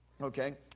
Okay